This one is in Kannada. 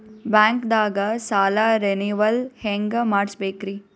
ಬ್ಯಾಂಕ್ದಾಗ ಸಾಲ ರೇನೆವಲ್ ಹೆಂಗ್ ಮಾಡ್ಸಬೇಕರಿ?